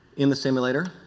in the simulateor.